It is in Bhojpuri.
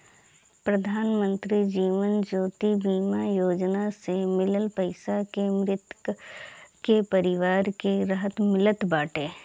प्रधानमंत्री जीवन ज्योति बीमा योजना से मिलल पईसा से मृतक के परिवार के राहत मिलत बाटे